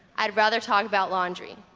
i'd rather talk about laundry